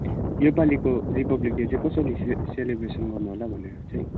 यो पालिको Republic Day चाहिँ कसरी से सेलिब्रेसन गर्नु होला भनेर चाहिँ